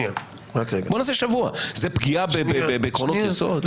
זה פגיעה בעקרונות יסוד?